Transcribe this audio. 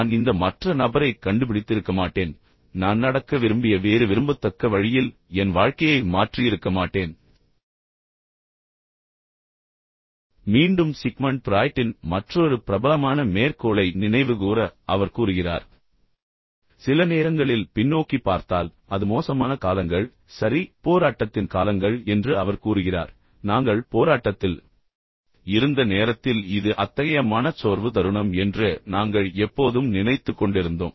நான் இந்த மற்ற நபரைக் கண்டுபிடித்திருக்க மாட்டேன் நான் நடக்க விரும்பிய வேறு விரும்பத்தக்க வழியில் என் வாழ்க்கையை மாற்றியிருக்க மாட்டேன் மீண்டும் சிக்மண்ட் பிராய்ட்டின் மற்றொரு பிரபலமான மேற்கோளை நினைவுகூர அவர் கூறுகிறார் சில நேரங்களில் பின்னோக்கிப் பார்த்தால் அது மோசமான காலங்கள் சரி போராட்டத்தின் காலங்கள் என்று அவர் கூறுகிறார் இது எங்களுக்கு மிகவும் மகிழ்ச்சியானதாகத் இருந்தது சரி ஆனால் நாங்கள் போராட்டத்தில் இருந்த நேரத்தில் இது அத்தகைய மனச்சோர்வு தருணம் என்று நாங்கள் எப்போதும் நினைத்துக் கொண்டிருந்தோம்